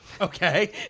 Okay